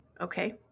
Okay